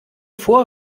vor